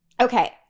Okay